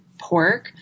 pork